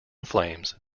flames